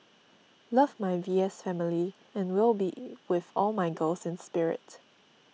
love my V S family and will be with all my girls in spirit